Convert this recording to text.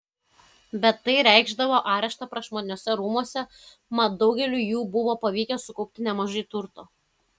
bet tai reikšdavo areštą prašmatniuose rūmuose mat daugeliui jų buvo pavykę sukaupti nemažai turto